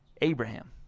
Abraham